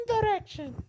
Direction